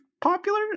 popular